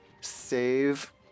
save